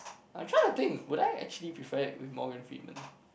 I'm try to think would I actually prefer it with Morgan-Freeman